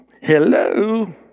hello